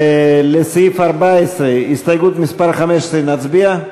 לסעיף 14, הסתייגות מס' 15, נצביע?